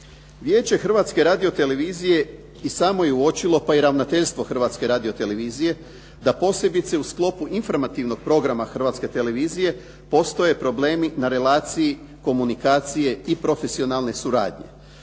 Vijeće Hrvatske radiotelevizije i samo je uočilo, pa i ravnateljstvo Hrvatske radiotelevizije da posebice u sklopu informativnog programa Hrvatske televizije postoje problemi na relaciji komunikacije i profesionalne suradnje.